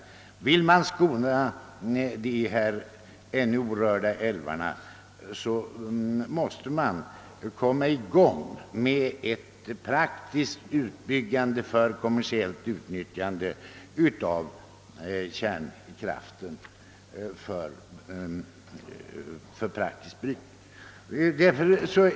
Vill man skona de ännu orörda älvarna måste man komma i gång med ett kommersiellt utnyttjande av kärnkraften för praktiskt bruk.